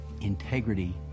integrity